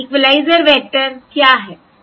equaliser vector क्या है